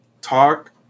talk